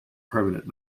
permanent